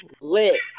Lit